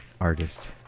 artist